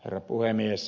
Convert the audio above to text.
herra puhemies